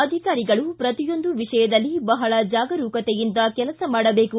ಅಧಿಕಾರಿಗಳು ಪ್ರತಿಯೊಂದು ವಿಷಯದಲ್ಲಿ ಬಹಳ ಜಾಗರೂಕತೆಯಿಂದ ಕೆಲಸ ಮಾಡಬೇಕು